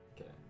Okay